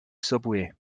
subway